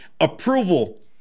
Approval